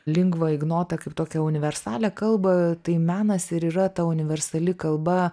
lingva ignota kaip tokią universalią kalbą tai menas ir yra ta universali kalba